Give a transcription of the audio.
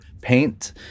paint